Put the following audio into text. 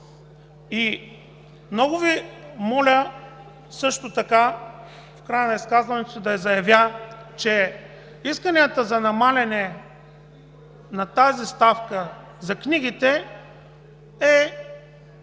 И много Ви моля, също така в края на изказването си да заявя, че исканията за намаляване на тази ставка за книгите е искане